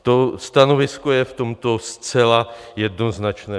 To stanovisko je v tomto zcela jednoznačné.